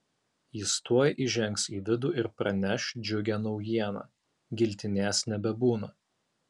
jis tuoj įžengs į vidų ir praneš džiugią naujieną giltinės nebebūna